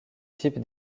type